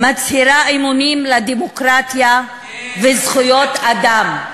מצהירה אמונים לדמוקרטיה וזכויות אדם,